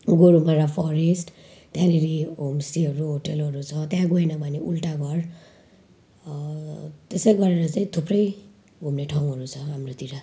Gorumara forest त्यहाँनेरि होमस्टेहरू होटेलहरू छ त्यहाँ गएन भने उल्टा घर त्यसै गरेर चाहिँ थुप्रै घुम्ने ठाउँहरू छ हाम्रोतिर